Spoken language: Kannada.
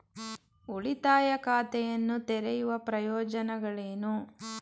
ಉಳಿತಾಯ ಖಾತೆಯನ್ನು ತೆರೆಯುವ ಪ್ರಯೋಜನಗಳೇನು?